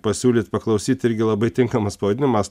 pasiūlyt paklausyt irgi labai tinkamas pavadinimas